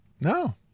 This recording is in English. No